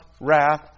wrath